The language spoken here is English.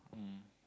mm